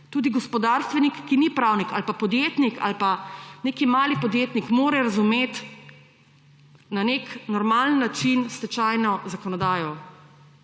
Tudi gospodarstvenik, ki ni pravnik, ali pa podjetnik, ali pa nek mali podjetnik mora razumeti na nek normalen način stečajno zakonodajo